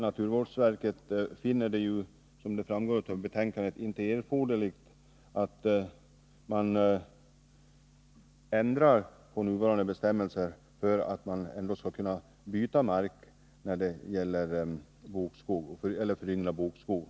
Naturvårdsverket finner, som framgår av betänkandet, inte erforderligt att nuvarande bestämmelser ändras för att man skall kunna byta mark när det gäller att föryngra bokskog.